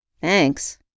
Thanks